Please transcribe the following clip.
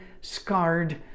scarred